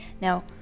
now